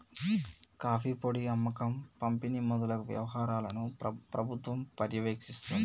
coffee పొడి అమ్మకం పంపిణి మొదలగు వ్యవహారాలను ప్రభుత్వం పర్యవేక్షిస్తుంది